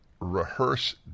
rehearse